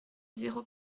zéro